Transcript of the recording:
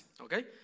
Okay